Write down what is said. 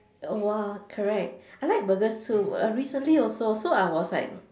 !wah! correct I like burgers too err recently also so I was like